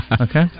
okay